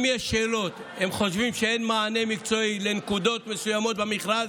אם יש שאלות והם חושבים שאין מענה מקצועי לנקודות מסוימות במכרז,